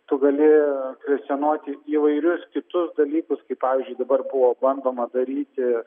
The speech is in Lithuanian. tu gali kvestionuoti įvairius kitus dalykus kaip pavyzdžiui dabar buvo bandoma daryti